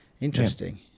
Interesting